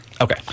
Okay